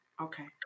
Okay